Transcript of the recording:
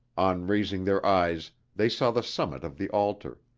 on raising their eyes they saw the summit of the altar,